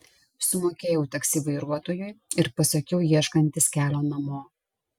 sumokėjau taksi vairuotojui ir pasakiau ieškantis kelio namo